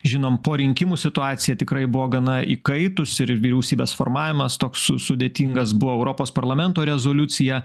žinom po rinkimų situacija tikrai buvo gana įkaitusi ir vyriausybės formavimas toks sudėtingas buvo europos parlamento rezoliucija